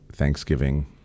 Thanksgiving